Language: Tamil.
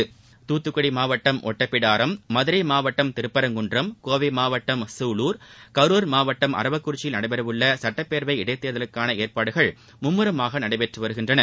தமிழகத்தில் துத்துக்குடி மாவட்டம் ஒட்டப்பிடாரம் மதுரை மாவட்டம் திருப்பரங்குன்றம் கோவை மாவட்டம் சூலூர் கரூர் மாவட்டம் அரவக்குறிச்சியில் நடைபெறவுள்ள சுட்டப்பேரவை இடைத்தேர்தலுக்கான ஏற்பாடுகள் மும்முரமாக நடைபெற்று வருகின்றன